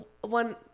one